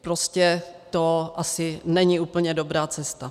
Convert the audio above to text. Prostě to asi není úplně dobrá cesta.